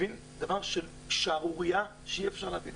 תבין דבר שהוא שערוריה שאי אפשר להבין.